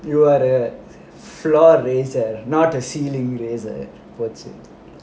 you are the floor raiser not a ceiling raiser